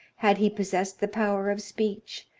had he possessed the power of speech,